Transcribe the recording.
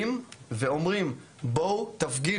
הם באים ואומרים, בואו תפגינו.